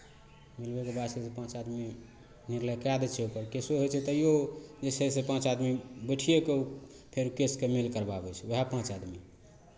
मिलबयके बाद छै जे पाँच आदमी निर्णय कए दै छै ओकर केसो होइ छै तैओ जे छै से पाँच आदमी बैठिए कऽ ओ फेर केसके मेल करवाबै छै उएह पाँच आदमी